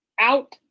out